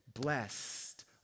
blessed